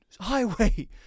highway